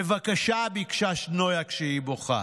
בבקשה, ביקשה נויה כשהיא בוכה.